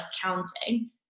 counting